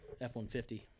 F-150